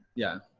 yeah.